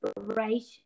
inspiration